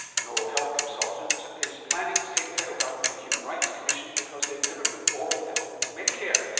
an oral health consultant, is planning to take the federal government to the human rights commission because they've never put oral health into medicare.